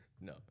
No